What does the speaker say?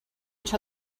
each